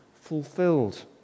fulfilled